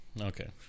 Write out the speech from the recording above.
Okay